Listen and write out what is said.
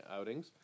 outings